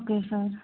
okay sir